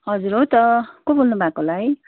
हजुर हो त को बोल्नुभएको होला है